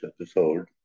episode